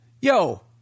yo